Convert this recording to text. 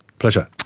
pleasure,